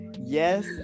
yes